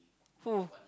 who